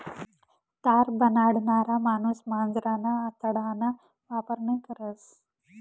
तार बनाडणारा माणूस मांजरना आतडाना वापर नयी करस